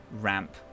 ramp